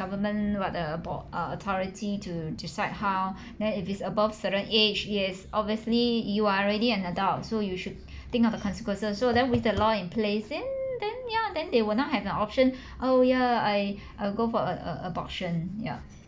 government what uh board uh authority to decide how then if it's above certain age yes obviously you are already an adult so you should think of the consequences so then with the law in place then then ya then they will not have an option oh ya I I will go for a a abortion ya